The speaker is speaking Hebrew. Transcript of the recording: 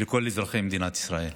ולכל אזרחי מדינת ישראל.